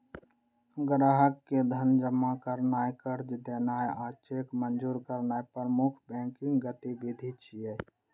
ग्राहक के धन जमा करनाय, कर्ज देनाय आ चेक मंजूर करनाय प्रमुख बैंकिंग गतिविधि छियै